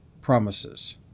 promises